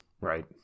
right